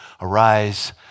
arise